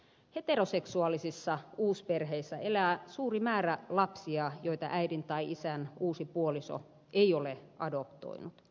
heteroseksuaalisissa uusperheissä elää suuri määrä lapsia joita äidin tai isän uusi puoliso ei ole adoptoinut